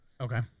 Okay